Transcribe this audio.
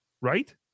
Right